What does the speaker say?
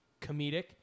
comedic